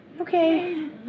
Okay